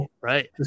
right